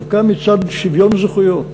דווקא מצד שוויון זכויות